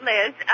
Liz